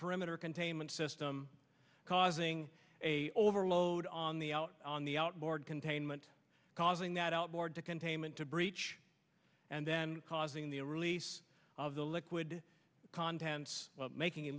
perimeter containment system causing a overload on the out on the outboard containment causing that outboard to containment to breach and then causing the release of the liquid contents making